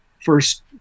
first